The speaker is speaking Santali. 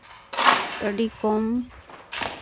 ᱟᱹᱰᱤ ᱠᱚᱢ